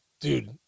dude